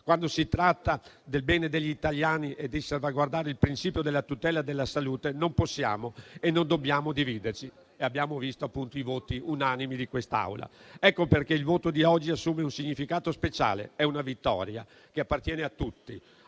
Quando si tratta del bene degli italiani e della salvaguardia del principio della tutela della salute non possiamo e non dobbiamo dividerci, e abbiamo appunto visto i voti unanimi di quest'Assemblea. Ecco perché il voto di oggi assume un significato speciale: è una vittoria che appartiene a tutti,